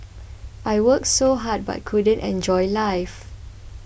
I worked so hard but couldn't enjoy life